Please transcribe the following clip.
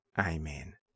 Amen